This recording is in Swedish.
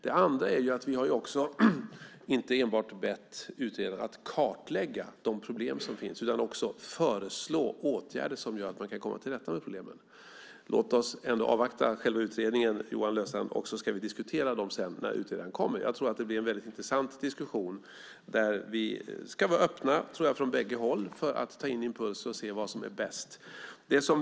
Vi har heller inte enbart bett utredaren att kartlägga de problem som finns utan också föreslå åtgärder som gör att man kan komma till rätta med problemen. Låt oss ändå avvakta själva utredningen, Johan Löfstrand, och så ska vi diskutera dem sedan när utredningen kommer. Jag tror att det blir en mycket intressant diskussion, och vi ska från bägge håll vara öppna för att ta emot impulser och se vad som är bäst.